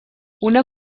una